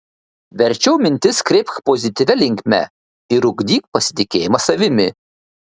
verčiau mintis kreipk pozityvia linkme ir ugdyk pasitikėjimą savimi